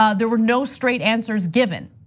ah there were no straight answers given.